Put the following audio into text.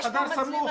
יש בו מצלמה,